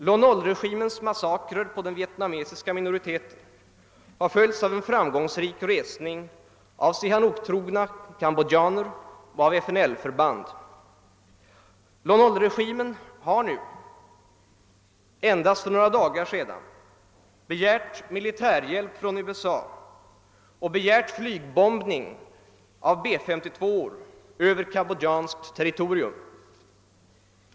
Lon Nol-regimens massakrer på den vietnamesiska minoriteten har följts av en framgångsrik resning av Sihanouktrogna kambodjaner och FNL-förband. Lon Nol-regimen har nu, endast för några dagar sedan, begärt militärhjälp från USA och begärt flygbombning med B 52:or över kambodjanskt territorium.